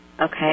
Okay